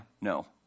No